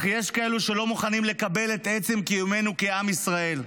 אך יש כאלו שלא מוכנים לקבל את עצם קיומנו כעם ישראל,